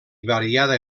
variada